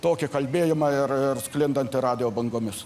tokį kalbėjimą ir ir sklindantį radijo bangomis